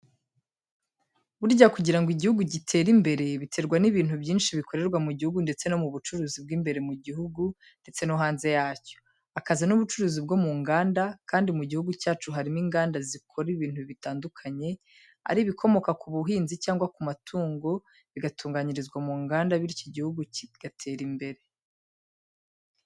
Burya kugira ngo igihugu gitere imbere, biterwa n'ibintu byinshi bikorerwa mu gihugu ndetse n'ubucuruzi bw'imbere mu gihugu ndetse no hanze yacyo, hakaza n'ubucuruzi bwo mu nganda, kandi mu gihugu cyacu harimo inganda zikora ibintu bitandukanye, ari ibikomoka ku buhinzi cyangwa ku matungo, bigatunganyirizwa mu nganda, bityo igihugu kigatera imbere.